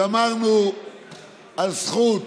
שמרנו על זכות